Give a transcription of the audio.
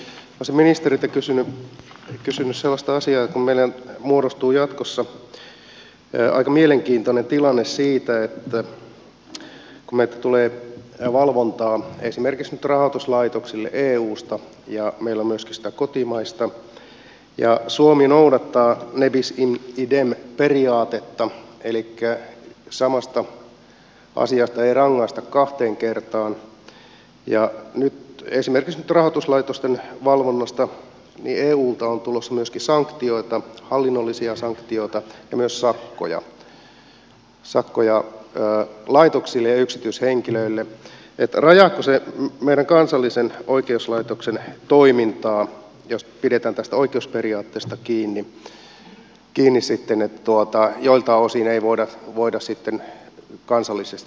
olisin ministeriltä kysynyt sellaista asiaa että kun meille nyt muodostuu jatkossa aika mielenkiintoinen tilanne siitä kun meille tulee valvontaa esimerkiksi nyt rahoituslaitoksille eusta ja meillä on myöskin sitä kotimaista ja suomi noudattaa ne bis in idem periaatetta elikkä samasta asiasta ei rangaista kahteen kertaan ja eulta on tulossa myöskin hallinnollisia sanktioita esimerkiksi nyt rahoituslaitosten valvonnasta ja myös sakkoja laitoksille ja yksityishenkilöille niin rajaako se meidän kansallisen oikeuslaitoksemme toimintaa jos pidetään tästä oikeusperiaatteesta kiinni sitten että joiltain osin ei voida sitten kansallisesti tuomita